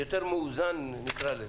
מאוזן יותר,